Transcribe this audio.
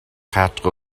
quatre